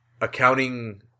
accounting